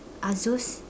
Asus